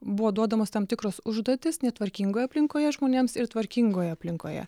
buvo duodamos tam tikros užduotys netvarkingoje aplinkoje žmonėms ir tvarkingoje aplinkoje